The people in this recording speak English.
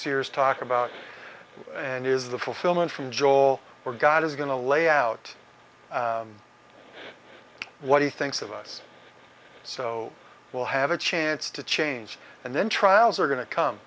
series talk about and is the fulfillment from joel or god is going to lay out what he thinks of us so we'll have a chance to change and then trials are going to come